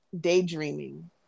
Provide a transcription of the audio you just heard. daydreaming